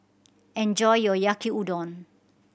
enjoy your Yaki Udon